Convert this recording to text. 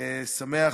שמח